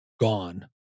gone